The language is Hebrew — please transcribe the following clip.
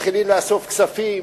מתחילים לאסוף כספים,